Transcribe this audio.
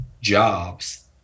jobs